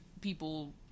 people